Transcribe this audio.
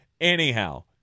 Anyhow